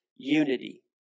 unity